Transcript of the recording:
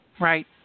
Right